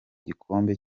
gikombe